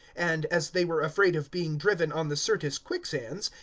and, as they were afraid of being driven on the syrtis quicksands,